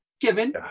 Given